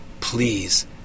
please